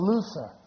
Luther